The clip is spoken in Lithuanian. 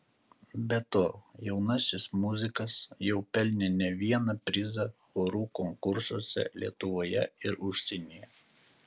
be to jaunasis muzikas jau pelnė ne vieną prizą chorų konkursuose lietuvoje ir užsienyje